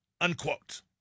unquote